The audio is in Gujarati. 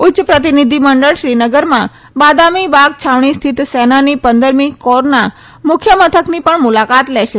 ઉચ્ય પ્રતિનિધિમંડળ શ્રીનગરમાં બાદામી બાગ છાવણી સ્થિત સેનાની પંદરમી કોરના મુખ્ય મથકની પણ મુલાકા લેશે